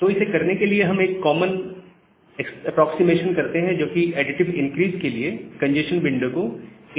तो इसे करने के लिए हम एक कॉमन एप्रोक्सीमेशन करते हैं जोकि एडिटिव इंक्रीज के लिए कंजेस्शन विंडो को